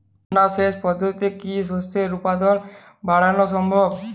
ঝর্না সেচ পদ্ধতিতে কি শস্যের উৎপাদন বাড়ানো সম্ভব?